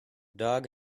dog